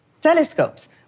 Telescopes